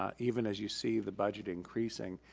ah even as you see the budget increasing,